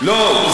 לא,